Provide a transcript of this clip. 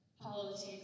politics